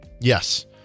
Yes